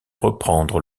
reprendre